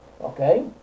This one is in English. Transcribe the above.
Okay